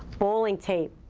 bowling tape.